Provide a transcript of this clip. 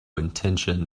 intention